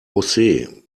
josé